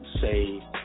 Say